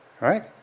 right